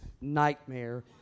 nightmare